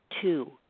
two